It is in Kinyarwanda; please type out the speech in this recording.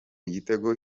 igitego